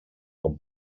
com